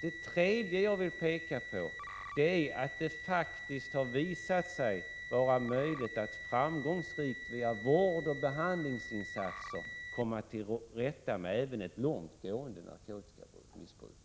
finns det vidare skäl att understryka att det faktiskt har visat sig vara möjligt att framgångsrikt, via vård och behandlingsinsatser, komma till rätta med även ett långtgående narkotikamissbruk.